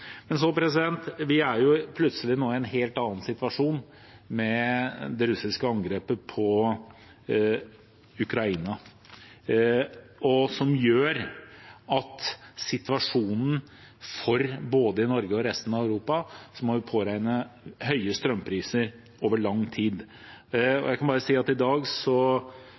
Men vi er nå plutselig i en helt annen situasjon med det russiske angrepet på Ukraina, som gjør at vi, både i Norge og i resten av Europa, må påregne høye strømpriser over lang tid. Jeg kan bare si at i dag